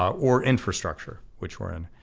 or infrastructure, which we're in.